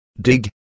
Dig